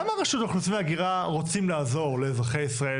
כמה רשות האוכלוסין וההגירה רוצים לעזור לאזרחי ישראל